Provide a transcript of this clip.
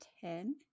Ten